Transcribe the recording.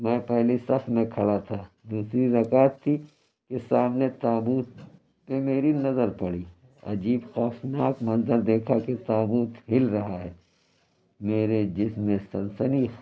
میں پہلی صف میں کھڑا تھا دوسری رکعت تھی جو سامنے تابوت پہ میری نظر پڑی عجیب خوفناک منظر دیکھا کہ تابوت ہل رہا ہے میرے جسم میں سَنسنی